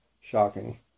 shocking